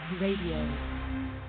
radio